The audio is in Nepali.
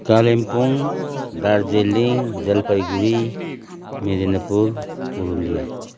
कालिम्पोङ दार्जिलिङ जलपाइगढी मेदिनीपुर पुरुलिया